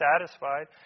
satisfied